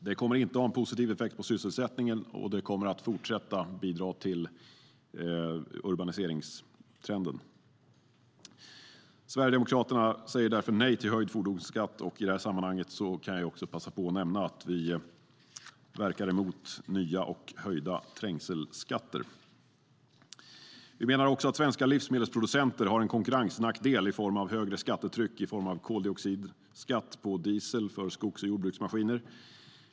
Det kommer inte att ha någon positiv effekt på sysselsättningen, och det kommer att fortsätta att bidra till urbaniseringstrenden. Vi menar också att svenska livsmedelsproducenter har en konkurrensnackdel i form av högre skattetryck i form av koldioxidskatt på diesel för skogs och jordbruksmaskiner.